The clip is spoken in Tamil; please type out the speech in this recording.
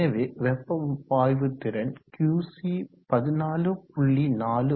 எனவே வெப்ப பாய்வு திறன் Qc 14